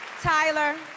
Tyler